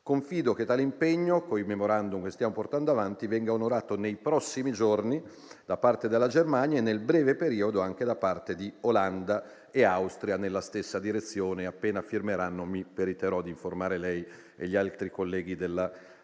Confido che tale impegno con i *memorandum* che stiamo portando avanti venga onorato nei prossimi giorni da parte della Germania e, nel breve periodo, anche da parte di Olanda e Austria nella stessa direzione; appena firmeranno, mi periterò di informare lei e gli altri colleghi dell'avvenuta